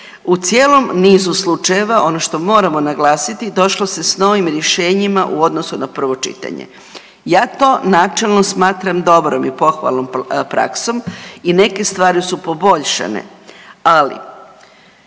u cijelom nizu slučajeva, ono što moramo naglasiti, došlo se s novim rješenjima u odnosu na prvo čitanje. Ja to načelno smatram dobrom i pohvalnom praksom i neke stvari su poboljšane, ali